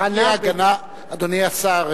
אדוני השר,